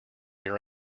your